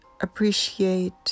appreciate